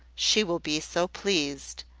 she will be so pleased!